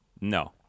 no